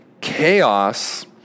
chaos